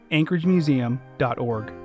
anchoragemuseum.org